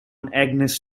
agnes